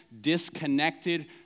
disconnected